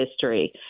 history